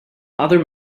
other